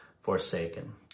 forsaken